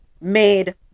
made